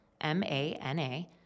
M-A-N-A